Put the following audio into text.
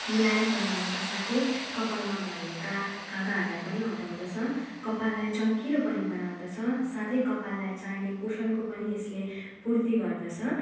मुलायम बनाउनका साथै कपालमा भएका हाँगाहरूलाई पनि हटाउँदछ कपाललाई चम्किलो पनि बनाउँदछ साथै कपाललाई चाहिने पोषणहरू पनि यसले पूर्ति गर्दछ